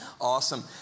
Awesome